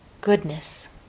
goodness